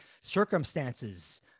circumstances